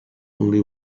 only